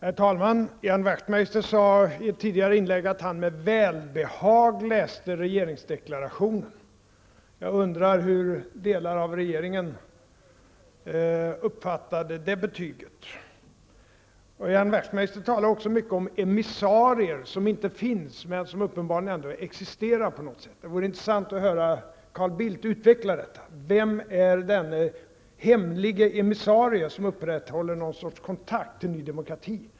Herr talman! Ian Wachtmeister sade i ett tidigare inlägg att han med välbehag läste regeringsdeklarationen. Jag undrar hur delar av regeringen uppfattade det betyget. Ian Wachtmeister talade också mycket om emissarier, som inte finns men som uppenbarligen ändå existerar på något sätt. Det vore intressant att höra Carl Bildt utveckla detta. Vem är denne hemlige emissarie som upprätthåller någon sorts kontakt med ny demokrati?